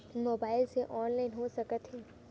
Mobile से online हो सकत हे?